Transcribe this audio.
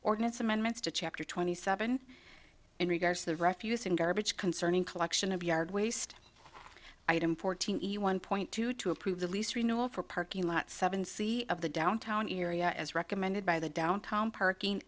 ordinance amendments to chapter twenty seven in regards to the refuse and garbage concerning collection of yard waste item fourteen one point two two approve the lease renewal for parking lot seven c of the downtown area as recommended by the downtown parking